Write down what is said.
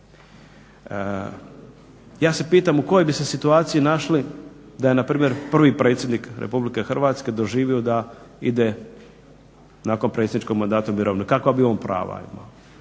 Ja se pitam u kojoj bi se situaciji našli da je npr. prvi predsjednik RH doživio da ide nakon predsjedničkog mandata u mirovinu, kakva bi on prava imao?